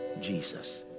Jesus